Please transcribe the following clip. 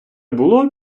було